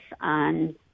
on